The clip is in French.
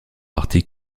parti